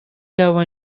love